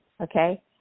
okay